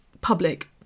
public